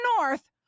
north